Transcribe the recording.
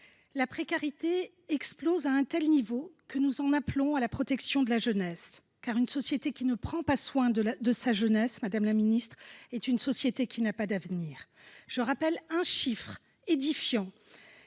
la précarité explose à un tel niveau que nous en appelons à la protection de la jeunesse, car une société qui ne prend pas soin de sa jeunesse est une société qui n’a pas d’avenir. Je rappelle un chiffre, édifiant,